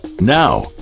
Now